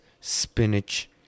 spinach